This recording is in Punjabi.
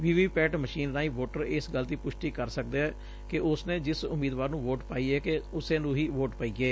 ਵੀ ਵੀ ਪੈਟ ਮਸ਼ੀਨ ਰਾਹੀਂ ਵੋਟਰ ਇਸ ਗੱਲ ਦੀ ਪੁਸ਼ਟੀ ਕਰ ਸਕਦੈ ਕਿ ਉਸਨੇ ਜਿਸ ਉਮੀਦਵਾਰ ਨੁੰ ਵੋਟ ਪਾਈ ਏ ਉਸੇ ਨੁੰ ਹੀ ਵੋਟ ਪਈ ਏ